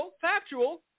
factual